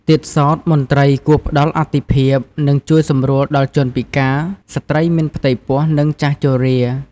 ទៀតសោធមន្ត្រីគួរផ្តល់អាទិភាព និងជួយសម្រួលដល់ជនពិការ ស្ត្រីមានផ្ទៃពោះ និងចាស់ជរា។